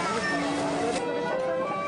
ברשותך,